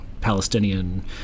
Palestinian